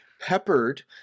peppered